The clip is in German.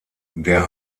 der